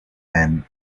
and